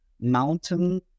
mountain